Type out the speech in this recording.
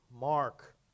mark